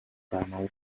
primary